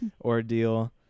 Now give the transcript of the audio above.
ordeal